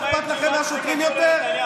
לא אכפת לכם מהשוטרים יותר?